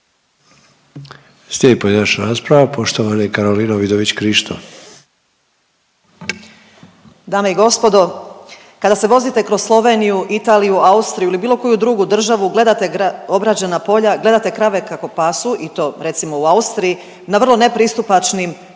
Krišto. **Vidović Krišto, Karolina (OIP)** Dame i gospodo, kada se vozite kroz Sloveniju, Italiju, Austriju ili bilo koju drugu državu gledate obrađena polja, gledate krave kako pasu i to recimo u Austriji na vrlo nepristupačnim poljima.